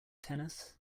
tennis